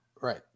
Right